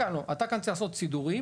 אתה כאן צריך לעשות סידורים,